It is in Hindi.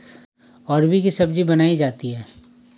अरबी की सब्जी बनायीं जाती है